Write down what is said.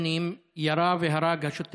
כשר.